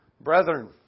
Brethren